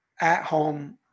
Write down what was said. at-home